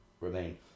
remain